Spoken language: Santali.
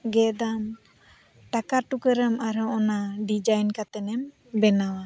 ᱜᱮᱫᱟᱢ ᱴᱟᱠᱟ ᱴᱩᱠᱟᱹᱨᱮᱢ ᱟᱨᱦᱚᱸ ᱚᱱᱟ ᱰᱤᱡᱟᱭᱤᱱ ᱠᱟᱛᱮᱱᱮᱢ ᱵᱮᱱᱟᱣᱟ